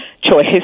choice